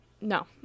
No